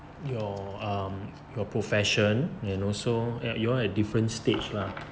your um your profession and also you all at different stage lah